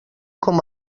com